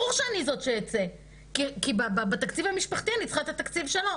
ברור שאני זאת שאצא כי בתקציב המשפחתי אני צריכה את התקציב שלו.